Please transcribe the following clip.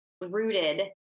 rooted